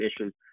issues